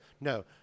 no